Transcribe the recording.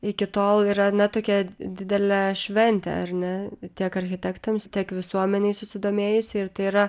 iki tol yra na tokia didelė šventė ar ne tiek architektams tiek visuomenei susidomėjusiai ir tai yra